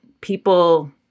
people